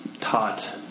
taught